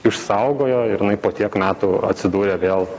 išsaugojo ir jinai po tiek metų atsidūrė vėl